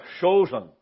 Chosen